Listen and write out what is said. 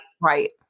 Right